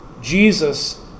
jesus